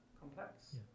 complex